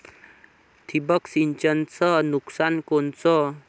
ठिबक सिंचनचं नुकसान कोनचं?